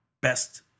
best